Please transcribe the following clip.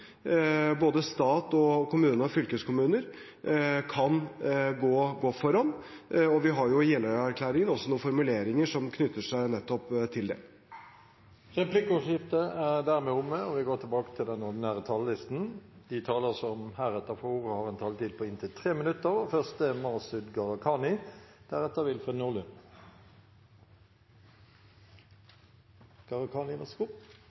Både stat, kommuner og fylkeskommuner kan gå foran. Vi har i Jeløya-erklæringen også noen formuleringer som knytter seg til nettopp det. Replikkordskiftet er omme. De talerne som heretter får ordet, har en taletid på inntil 3 minutter. Vi er nødt til å lykkes bedre med å få mennesker inn i arbeidslivet. Det er